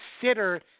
consider